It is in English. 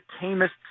tamest